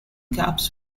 caps